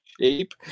shape